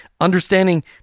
understanding